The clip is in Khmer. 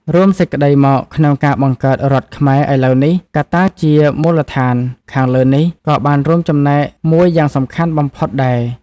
រួមសេចក្តីមកក្នុងការបង្កើតរដ្ឋខ្មែរឥឡូវនេះ កត្តាជា មូលដ្ឋានខាងលើនេះ ក៏បានរួមចំណែកមួយយ៉ាងសំខាន់បំផុតដែរ ។